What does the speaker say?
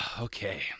okay